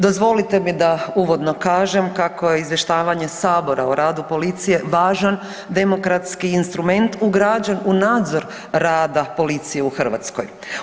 Dozvolite mi da uvodno kažem kako je izvještavanje Sabora o radu policije važan demokratski instrument ugrađen i nadzor rada policije u Hrvatskoj.